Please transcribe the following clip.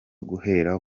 guhera